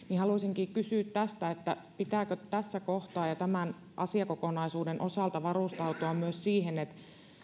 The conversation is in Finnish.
haluaisinkin kysyä tästä pitääkö tässä kohtaa ja tämän asiakokonaisuuden osalta varustautua myös siihen että